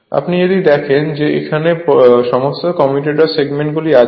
আপনি যদি দেখেন যে এখানে সমস্ত কমিউটার সেগমেন্টগুলি আছে